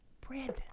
brandon